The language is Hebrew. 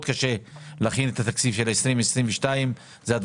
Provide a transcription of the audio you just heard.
היה להם מאוד קשה להכין את התקציב של 2022. יש עוד